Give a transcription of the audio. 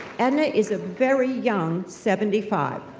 edna is a very young seventy five.